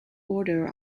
order